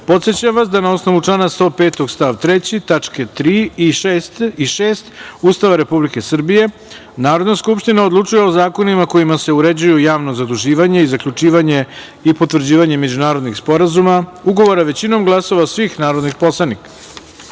podsećam vas da na osnovu člana 105. stav 3. tačke 3) i 6) Ustava Republike Srbije, Narodna skupština odlučuje o zakonima kojima se uređuje javno zaduživanje i zaključivanje i potvrđivanje međunarodnih ugovora, većinom glasova svih narodnih